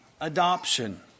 Adoption